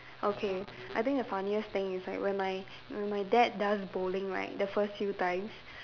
okay I think the funniest thing is like when my when my dad does bowling right the first few times